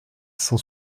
cent